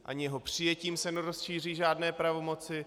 Ani jeho přijetím se nerozšíří žádné pravomoci.